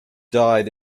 died